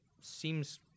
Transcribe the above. seems